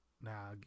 now